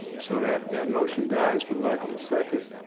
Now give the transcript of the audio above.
so that that motion dies from lack of a second.